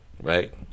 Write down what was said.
Right